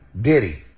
Diddy